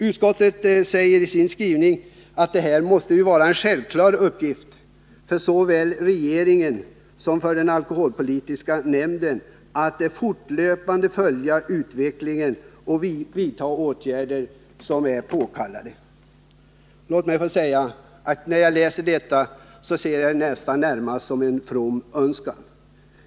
Utskottet säger i sin skrivning att det måste vara en självklar uppgift för såväl regeringen som den alkoholpolitiska nämnden att fortlöpande följa utvecklingen och vidta åtgärder som är påkallade. Låt mig säga att när jag läser detta ser jag det närmast som en from önskan.